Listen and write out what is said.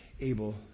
Abel